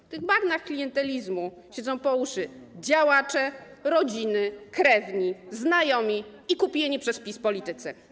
W tych bagnach klientelizmu siedzą po uszy działacze, rodziny, krewni, znajomi i kupieni przez PiS politycy.